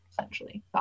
essentially